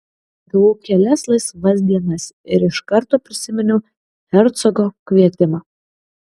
gavau kelias laisvas dienas ir iš karto prisiminiau hercogo kvietimą